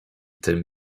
tym